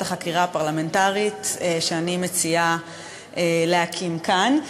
החקירה הפרלמנטרית שאני מציעה להקים כאן.